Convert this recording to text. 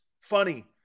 Funny